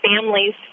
families